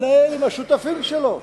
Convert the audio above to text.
מנהל עם השותפים שלו,